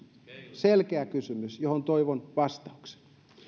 selkeä kysymys johon toivon vastauksen